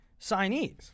signees